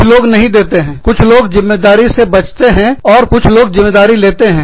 कुछ लोग मैं जिम्मेदारी से बचते हैं और कुछ लोग जिम्मेदारी लेते हैं